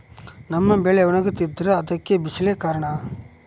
ನಮ್ಮ ಬೆಳೆ ಒಣಗಿ ಹೋಗ್ತಿದ್ರ ಅದ್ಕೆ ಬಿಸಿಲೆ ಕಾರಣನ?